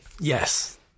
Yes